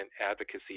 advocacy